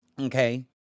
Okay